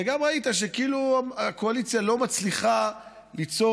וגם ראית שכאילו הקואליציה לא מצליחה ליצור